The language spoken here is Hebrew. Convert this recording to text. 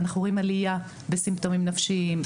אנחנו רואים עלייה בסימפטומים נפשיים,